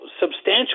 substantial